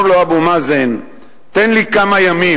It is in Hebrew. אומר לו אבו מאזן: "תן לי כמה ימים".